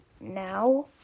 now